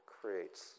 creates